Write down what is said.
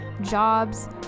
jobs